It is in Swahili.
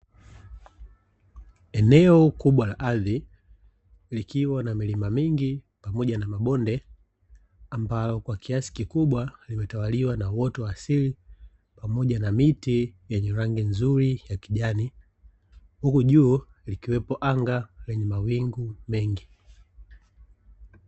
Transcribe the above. Eneo kubwa la ardhi likiwa na milima mingi pamoja na mabonde na ambao kwa kiasi kikubwa limetawalia na uotowa asili na pamoja na miti yenye rangi nzuri ya kijani huku juu likiwepo anga lenye mawingu mengi.